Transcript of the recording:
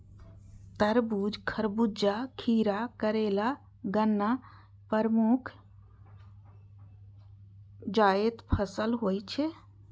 तरबूज, खरबूजा, खीरा, करेला, गन्ना प्रमुख जायद फसल होइ छै